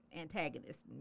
antagonist